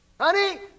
Honey